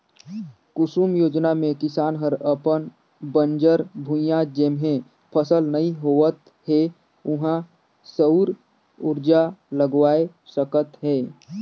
कुसुम योजना मे किसान हर अपन बंजर भुइयां जेम्हे फसल नइ होवत हे उहां सउर उरजा लगवाये सकत हे